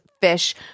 fish